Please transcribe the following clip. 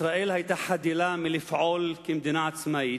ישראל היתה חדלה מלפעול כמדינה עצמאית,